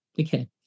Okay